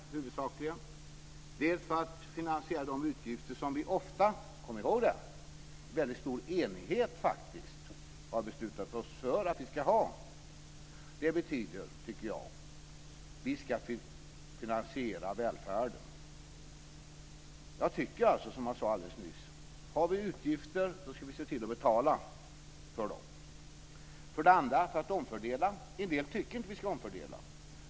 För det första har vi skatter för att finansiera de utgifter som vi ofta - kom ihåg det - i väldigt stor enighet har beslutat att vi ska ha. Det betyder att vi ska finansiera välfärden. Jag tycker, som jag sade alldeles nyss, att har vi utgifter ska vi se till att betala för dem. För det andra har vi skatter för att omfördela. En del tycker inte att vi ska omfördela.